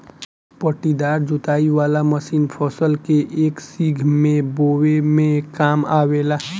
पट्टीदार जोताई वाला मशीन फसल के एक सीध में बोवे में काम आवेला